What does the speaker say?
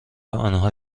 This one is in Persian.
آنها